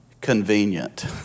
convenient